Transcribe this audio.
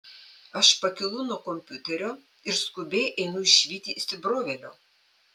aš pakylu nuo kompiuterio ir skubiai einu išvyti įsibrovėlio